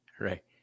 right